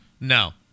No